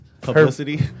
Publicity